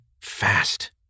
fast